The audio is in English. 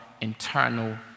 internal